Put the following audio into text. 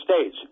States